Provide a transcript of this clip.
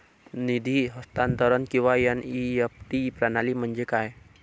निधी हस्तांतरण किंवा एन.ई.एफ.टी प्रणाली म्हणजे काय?